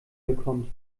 bekommt